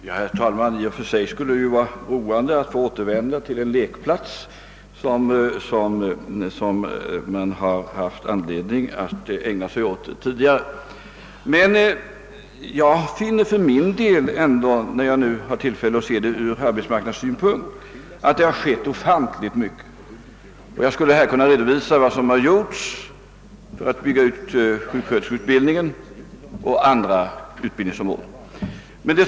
Herr talman! I och för sig skulle det vara roande att återvända till en »lekplats» som jag tidigare haft anledning att sysselsätta mig med. När jag nu har tillfälle att se frågan ur arbetsmarknadssynpunkt tycker jag att ofantligt mycket har skett; jag skulle kunna utförligt redovisa vad som gjorts för att bygga ut sjuksköterskeutbildningen och andra utbildningsområden.